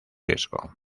riesgo